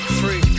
free